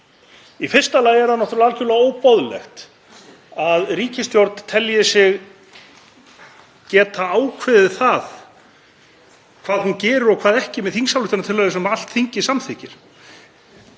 Í fyrsta lagi er það náttúrlega algjörlega óboðlegt að ríkisstjórn telji sig geta ákveðið hvað hún gerir og hvað ekki með þingsályktunartillögu sem allt þingið samþykkir.